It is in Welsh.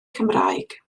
cymraeg